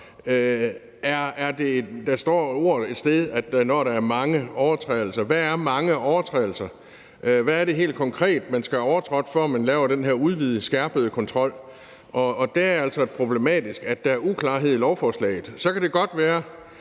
der står et sted: når der er mange overtrædelser. Hvad er »mange overtrædelser«? Hvad er det helt konkret, nogen skal have overtrådt, før man laver den her udvidede skærpede kontrol? Der er det altså problematisk, at der er uklarhed i lovforslaget. Så kan det godt være,